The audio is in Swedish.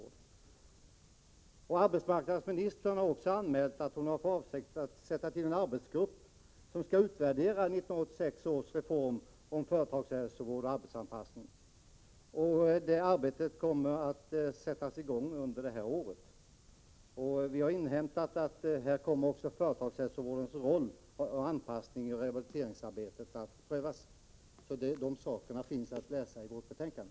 Vidare har arbetsmarknadsministern anmält att hon har för avsikt att tillsätta en arbetsgrupp för att utvärdera 1986 års reform om företagshälsovård och arbetsanpassning. Det arbetet kommer att sättas i gång under året. Vi har inhämtat att också företagshälsovårdens roll i anpassningsoch rehabiliteringsarbetet på arbetsplatserna kommer att granskas. De sakerna finns alltså att läsa i vårt betänkande.